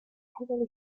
heavily